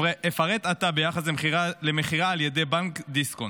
אפרט עתה ביחס למכירה על ידי בנק דיסקונט: